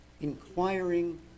inquiring